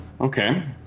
Okay